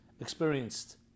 experienced